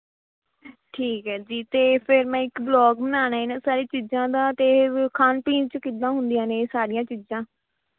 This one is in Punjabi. ਠੀਕ ਹੈ ਜੀ ਅਤੇ ਫੇਰ ਮੈਂ ਇੱਕ ਬਲੋਗ ਬਣਾਉਣਾ ਇਹਨਾਂ ਸਾਰੀ ਚੀਜ਼ਾਂ ਦਾ ਅਤੇ ਖਾਣ ਪੀਣ 'ਚ ਕਿੱਦਾਂ ਹੁੰਦੀਆਂ ਨੇ ਇਹ ਸਾਰੀਆਂ ਚੀਜ਼ਾਂ